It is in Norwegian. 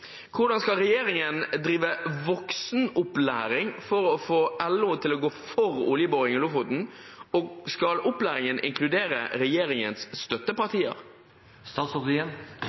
Hvordan skal regjeringen drive voksenopplæring for å få LO til å gå for oljeboring i Lofoten, og skal opplæringen inkludere regjeringens støttepartier?»